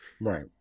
Right